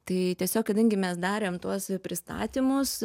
tai tiesiog kadangi mes darėm tuos pristatymus